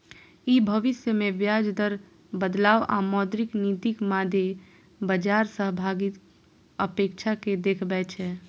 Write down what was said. ई भविष्य मे ब्याज दर बदलाव आ मौद्रिक नीतिक मादे बाजार सहभागीक अपेक्षा कें देखबै छै